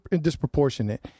disproportionate